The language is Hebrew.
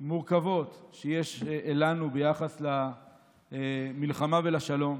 מורכבות שיש לנו ביחס למלחמה ולשלום.